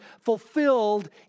fulfilled